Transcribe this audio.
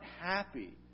happy